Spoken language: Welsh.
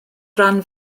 ran